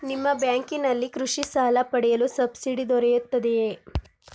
ನಿಮ್ಮ ಬ್ಯಾಂಕಿನಲ್ಲಿ ಕೃಷಿ ಸಾಲ ಪಡೆಯಲು ಸಬ್ಸಿಡಿ ದೊರೆಯುತ್ತದೆಯೇ?